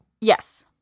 Yes